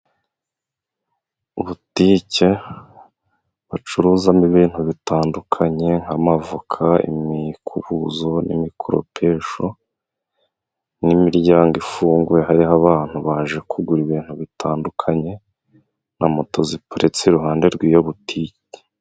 Butike bacuruzamo ibintu bitandukanye nk'amavoka, imikubuzo n'imikoropesho n'imiryango ifunguye hariho abantu baje kugura ibintu bitandukanye, na moto ziparitse iruhande rw'iyo butike.